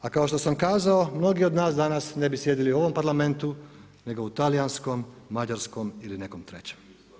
A kao što sam kazao, mnogi od nas danas ne bi sjedili u ovom Parlamentu nego u talijanskom, mađarskom ili nekom trećom.